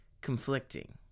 Conflicting